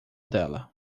dela